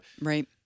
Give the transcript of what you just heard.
Right